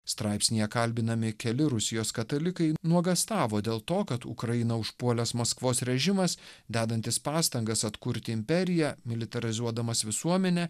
straipsnyje kalbinami keli rusijos katalikai nuogąstavo dėl to kad ukrainą užpuolęs maskvos režimas dedantis pastangas atkurti imperiją militarizuodamas visuomenę